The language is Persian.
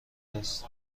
است